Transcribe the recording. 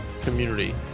community